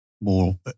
more